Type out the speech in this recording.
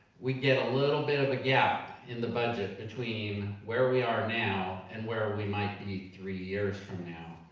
we get a little bit of a gap in the budget between where we are now and where we might be three years from now.